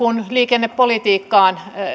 kun liikennepolitiikkaan